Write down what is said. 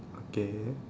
okay